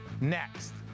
next